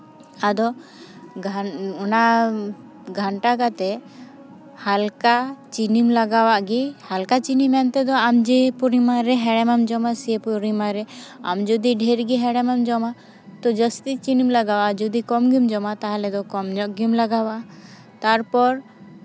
ᱟᱫᱚ ᱚᱱᱟ ᱜᱷᱟᱱᱴᱟ ᱠᱟᱛᱮᱫ ᱦᱟᱞᱠᱟ ᱪᱤᱱᱤᱢ ᱞᱟᱜᱟᱣ ᱟᱫ ᱜᱮ ᱦᱟᱞᱠᱟ ᱪᱤᱱᱤ ᱢᱮᱱ ᱛᱮᱫᱚ ᱟᱢ ᱡᱮ ᱯᱚᱨᱤᱢᱟᱱ ᱨᱮ ᱦᱮᱲᱮᱢ ᱮᱢ ᱡᱚᱢᱟ ᱥᱮᱭ ᱯᱚᱨᱤᱢᱟᱱ ᱨᱮ ᱟᱢ ᱡᱩᱫᱤ ᱰᱷᱮᱨ ᱜᱮ ᱦᱮᱲᱮᱢ ᱮᱢ ᱡᱚᱢᱟ ᱛᱳ ᱡᱟᱹᱥᱛᱤ ᱪᱤᱱᱤᱢ ᱞᱟᱜᱟᱣᱟ ᱡᱩᱫᱤ ᱠᱚᱢ ᱜᱮᱢ ᱡᱚᱢᱟ ᱛᱟᱦᱚᱞᱮ ᱫᱚ ᱠᱚᱢ ᱧᱚᱜ ᱜᱮᱢ ᱞᱟᱜᱟᱣᱟ ᱛᱟᱨᱯᱚᱨ